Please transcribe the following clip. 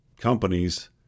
companies